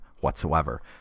whatsoever